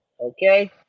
Okay